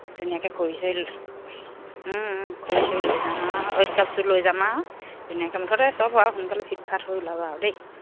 ধুনীয়াকৈ খৰি চৰি লৈ খৰি চৰি লৈ যাম আৰু ষ্টভটো লৈ যাম আৰু ধুনীয়াকৈ মুঠতে সব হৈ আৰু সোনকালে ফিটফাট হৈ ওলাবা আৰু দেই